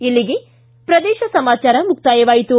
ಇಲ್ಲಿಗೆ ಪ್ರದೇಶ ಸಮಾಚಾರ ಮುಕ್ತಾಯವಾಯಿತು